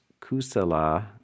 kusala